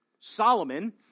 Solomon